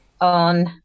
on